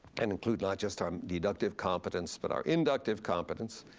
and include not just on deductive competence, but our inductive competence,